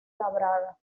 labrada